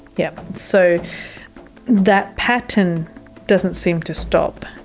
yeah. so that pattern doesn't seem to stop.